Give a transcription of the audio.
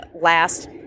last